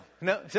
No